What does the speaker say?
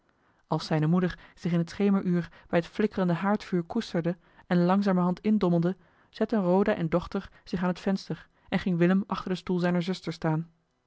als zijne moeder zich in t schemeruur bij t flikkerende haardvuur koesterde en langzamerhand indommelde zetten roda en dochter zich aan het venster en ging willem achter den stoel zijner zuster staan